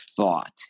thought